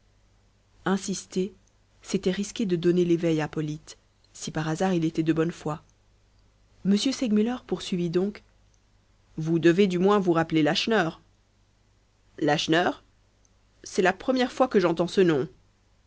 insister c'était risquer de donner l'éveil à polyte si par hasard il était de bonne foi m segmuller poursuivit donc vous devez du moins vous rappeler lacheneur lacheneur c'est la première fois que j'entends ce nom